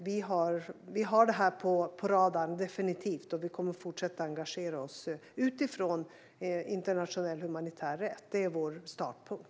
Vi har detta på radarn, definitivt, och vi kommer att fortsätta engagera oss utifrån internationell humanitär rätt. Det är vår startpunkt.